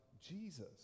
Jesus